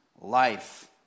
life